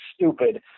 stupid